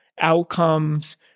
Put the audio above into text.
outcomes